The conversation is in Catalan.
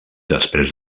després